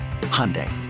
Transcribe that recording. Hyundai